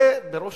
זה בראש